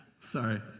Sorry